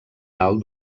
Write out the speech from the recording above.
dalt